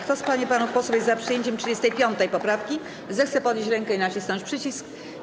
Kto z pań i panów posłów jest za przyjęciem 35. poprawki, zechce podnieść rękę i nacisnąć przycisk.